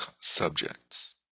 subjects